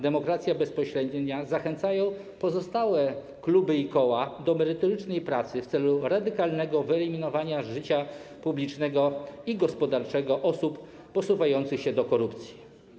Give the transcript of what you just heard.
Demokracja Bezpośrednia zachęcają pozostałe kluby i koła do merytorycznej pracy w celu radykalnego wyeliminowania z życia publicznego i gospodarczego osób posuwających się do korupcji.